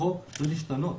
החוק צריך להשתנות.